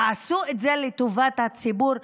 תעשו את זה לטובת הציבור,